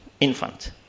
infant